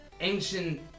ancient